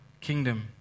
kingdom